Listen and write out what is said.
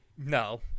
No